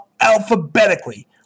alphabetically